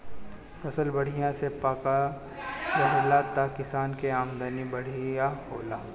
फसल बढ़िया से पाकल रहेला त किसान के आमदनी बढ़िया होला